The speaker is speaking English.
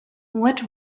what